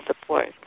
support